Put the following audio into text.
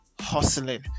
hustling